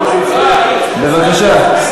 בבקשה.